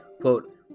Quote